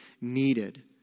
needed